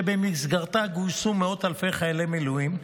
שבמסגרתה גויסו מאות אלפי חיילי מילואים.